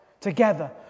together